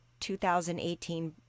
2018